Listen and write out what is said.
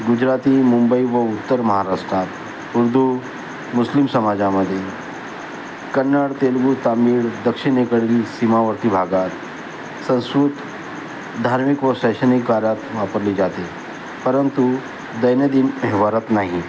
गुजराती मुंबई व उत्तर महाराष्ट्रात उर्दू मुस्लिम समाजामध्ये कन्नड तेलुगू तामिळ दक्षिणेकडील सीमावर्ती भागात संस्कृत धार्मिक व शैक्षणिक कार्यात वापरली जाते परंतु दैनंदिन व्यव्हरात नाही